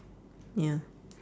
ya